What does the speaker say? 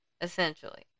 essentially